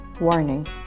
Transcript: Warning